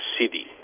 city